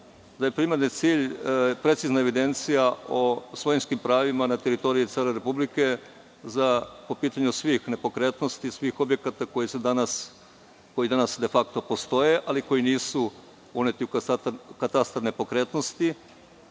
da je primarni cilj precizna evidencija o svojinskim pravima na teritoriji cele Republike po pitanju svih nepokretnosti, svih objekata koji danas defakto postoje, ali koji nisu uneti u katastar nepokretnosti